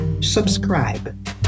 subscribe